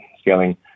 scaling